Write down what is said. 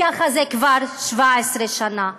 וככה זה כבר 17 שנה.